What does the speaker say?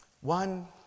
One